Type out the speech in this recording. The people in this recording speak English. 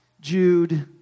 Jude